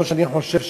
לא שאני חושב,